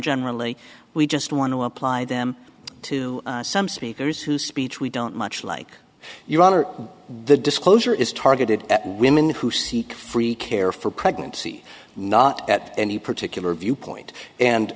generally we just want to apply them to some speakers who speech we don't much like your honor the disclosure is targeted at women who seek free care for pregnancy not that any particular viewpoint and